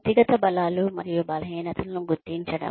వ్యక్తిగత బలాలు మరియు బలహీనతలను గుర్తించడం